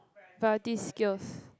variety skills